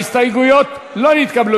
ההסתייגויות לא נתקבלו.